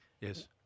Yes